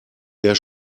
der